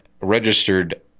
registered